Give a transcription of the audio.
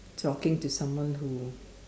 talking to someone who